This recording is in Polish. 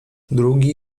drugi